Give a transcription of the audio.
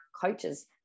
coaches